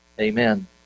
amen